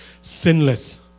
sinless